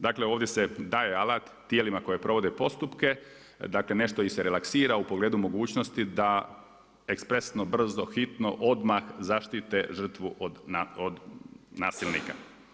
Dakle ovdje se daje alat tijelima koje provode postupke dakle nešto ih se relaksira u pogledu mogućnosti da ekspresno, brzo, hitno, odmah zaštite žrtvu od nasilnika.